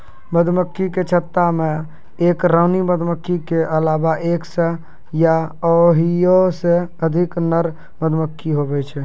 मधुमक्खी के छत्ता मे एक रानी मधुमक्खी के अलावा एक सै या ओहिसे अधिक नर मधुमक्खी हुवै छै